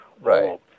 Right